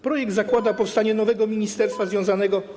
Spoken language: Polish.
Projekt zakłada powstanie nowego ministerstwa związanego.